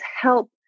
help